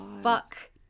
fuck